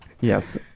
Yes